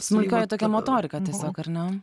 smulkioji tokia motorika tiesiog ar ne